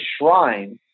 shrine